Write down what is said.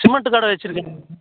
cement கடை வச்சிருகங்